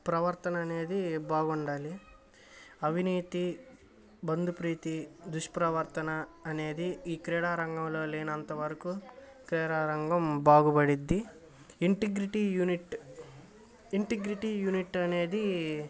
ప్రవర్తన అనేది బాగుండాలి అవినీతి బంధుప్రీతి దుష్ప్రవర్తన అనేది ఈ క్రీడారంగంలో లేనంత వరకు క్రీడారంగం బాగుపడుతుంది ఇంటిగ్రిటీ యూనిట్ ఇంటిగ్రిటీ యూనిట్ అనేది